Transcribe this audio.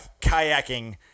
kayaking